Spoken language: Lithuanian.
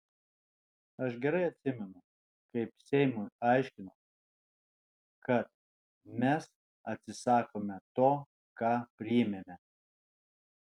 aš gerai atsimenu kaip seimui aiškinau kad mes atsisakome to ką priėmėme